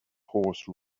horse